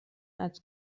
als